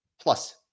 Plus